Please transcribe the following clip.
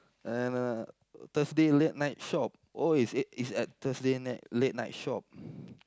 and uh Thursday late night shop oh it's at it's at Thursday night late night shop